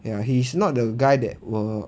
ya he's not the guy that will